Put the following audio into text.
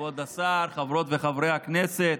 כבוד השר, חברות וחברי הכנסת,